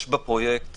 יש בפרויקט